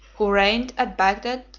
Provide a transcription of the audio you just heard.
who reigned at bagdad,